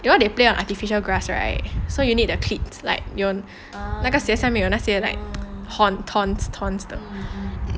you know they play on artificial grass right so you need the cleats like 那个鞋下面有哪些 like thorns thorns thorns 的